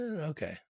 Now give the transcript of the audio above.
okay